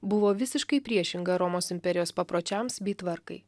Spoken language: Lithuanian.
buvo visiškai priešinga romos imperijos papročiams bei tvarkai